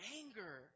anger